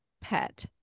pet